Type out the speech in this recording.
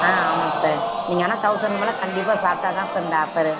ஆ ஆமாங்க சார் நீங்கள் ஆனால் தௌசணுக்கு மேல் கண்டிப்பாக சாப்பிட்டா தான் சார் இந்த ஆஃபரு